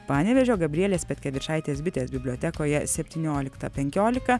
panevėžio gabrielės petkevičaitės bitės bibliotekoje septynioliktą penkiolika